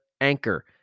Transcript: Anchor